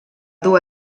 dur